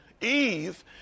Eve